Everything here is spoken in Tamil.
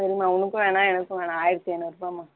சரிம்மா உனக்கு வேணாம் எனக்கு வேணாம் ஆயிரத்தி ஐநூறுபாம்மா